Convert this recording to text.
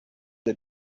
the